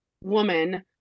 woman